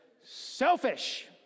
selfish